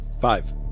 Five